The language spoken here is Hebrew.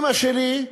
אימא שלי,